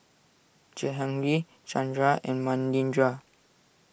Jehangirr Chandra and Manindra